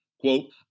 Quote